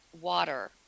water